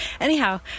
Anyhow